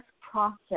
process